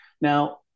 Now